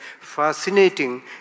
fascinating